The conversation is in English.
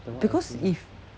because if